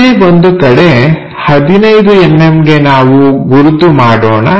ಇಲ್ಲೇ ಒಂದು ಕಡೆ 15mmಗೆ ನಾವು ಗುರುತು ಮಾಡೋಣ